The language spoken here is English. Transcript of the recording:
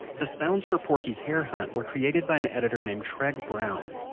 the sounds for porky's hare hunt were created by an editor named treg brown.